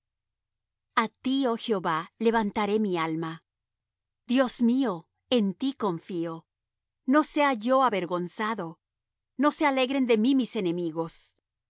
a ti oh jehová levantaré mi alma dios mío en ti confío no sea yo avergonzado no se alegren de mí mis enemigos